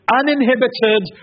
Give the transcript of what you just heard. uninhibited